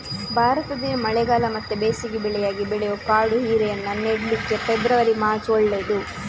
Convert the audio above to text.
ಭಾರತದಲ್ಲಿ ಮಳೆಗಾಲ ಮತ್ತೆ ಬೇಸಿಗೆ ಬೆಳೆಯಾಗಿ ಬೆಳೆಯುವ ಕಾಡು ಹೀರೆಯನ್ನ ನೆಡ್ಲಿಕ್ಕೆ ಫೆಬ್ರವರಿ, ಮಾರ್ಚ್ ಒಳ್ಳೇದು